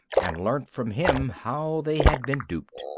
and learnt from him how they had been duped.